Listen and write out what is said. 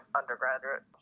undergraduate